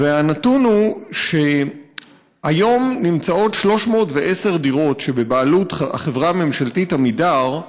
והנתון הוא שהיום 310 דירות בבעלות החברה הממשלתית עמידר,